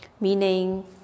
Meaning